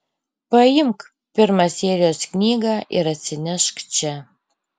paimk pirmą serijos knygą ir atsinešk čia